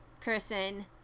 person